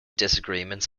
disagreements